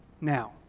now